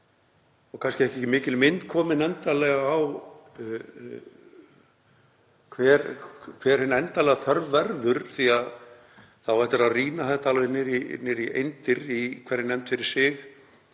og kannski ekki mikil mynd komin á hver hin endanlega þörf verður því að það á eftir að rýna þetta alveg niður í eindir í hverri nefnd fyrir sig,